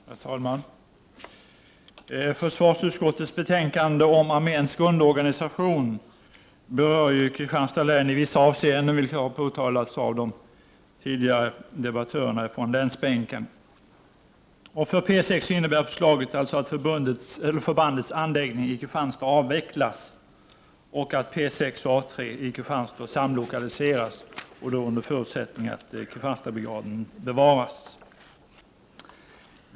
Herr talman! Försvarsutskottets betänkande om arméns grundorganisation berör Kristianstads län i vissa avseenden, såsom har framhållits av de tidigare debattörerna från länsbänken. För P 6 innebär förslaget alltså att förbandets anläggning i Kristianstad avvecklas och att P 6 och A 3 i Kristianstad samlokaliseras under förutsättning att Kristianstadsbrigaden bevaras.